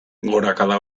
gorakada